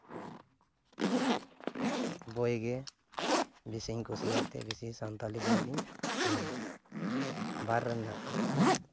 ᱵᱳᱭ ᱜᱮ ᱵᱮᱥᱤᱧ ᱠᱩᱥᱤᱭᱟᱜ ᱛᱮ ᱵᱮᱥᱤ ᱥᱟᱱᱛᱟᱲᱤ ᱵᱳᱭ ᱜᱮᱧ ᱧᱮᱞᱟ ᱵᱟᱨ ᱨᱮᱱᱟᱜ ᱠᱩᱠᱞᱤ